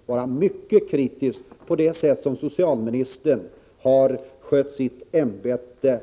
— vara mycket kritisk mot det sätt på vilket socialministern har skött sitt ämbete.